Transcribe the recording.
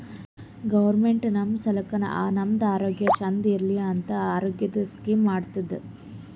government ನಮ್ ಸಲಾಕ್ ನಮ್ದು ಆರೋಗ್ಯ ಚಂದ್ ಇರ್ಲಿ ಅಂತ ಆರೋಗ್ಯದ್ ಸ್ಕೀಮ್ ಮಾಡ್ತುದ್